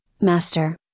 master